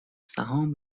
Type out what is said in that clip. سهام